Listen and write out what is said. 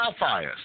wildfires